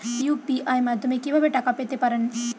UPI মাধ্যমে কি ভাবে টাকা পেতে পারেন?